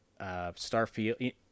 Starfield